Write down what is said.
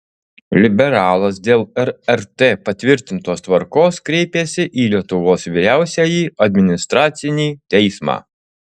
liberalas dėl rrt patvirtintos tvarkos kreipėsi į lietuvos vyriausiąjį administracinį teismą